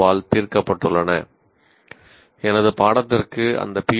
வால் தீர்க்கப்பட்டுள்ளன எனது பாடத்திற்கு அந்த பி